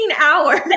hours